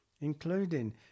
including